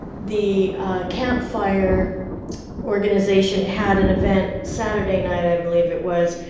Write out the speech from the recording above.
the camp fire organization had an event saturday night, i believe it was,